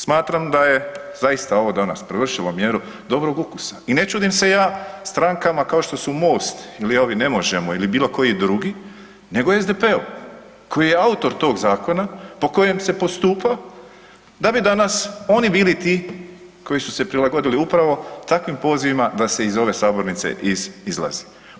Smatram da je zaista ovo danas prevršilo mjeru dobrog ukusa i ne čudim se ja strankama kao što su Most ili ovi Ne možemo ili bilokoji drugi, nego SDP-u koji je autor tog zakona po kojem se postupa da bi danas oni bili ti koji su se prilagodili upravo takvim pozivima da se iz ove sabornice izlazi.